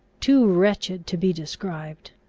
too wretched to be described.